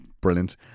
brilliant